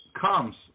comes